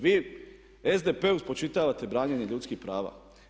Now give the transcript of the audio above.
Vi SDP-u spočitavate branjenje ljudskih prava.